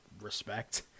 respect